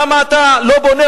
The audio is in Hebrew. למה אתה לא בונה,